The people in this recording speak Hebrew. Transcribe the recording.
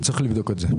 אני צריך לבדוק את זה.